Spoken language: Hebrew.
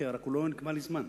לא נקבע לי זמן.